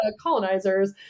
colonizers